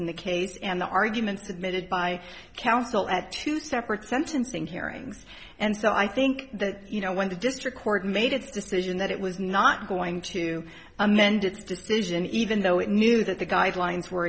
in the case and the arguments admitted by counsel at two separate sentencing hearings and so i think that you know when the district court made its decision that it was not going to amend its asian even though it knew that the guidelines were